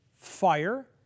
fire